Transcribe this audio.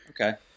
Okay